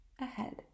ahead